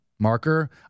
Marker